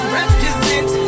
represent